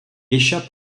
échappe